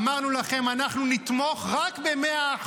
אמרנו לכם שאנחנו נתמוך רק ב-100%.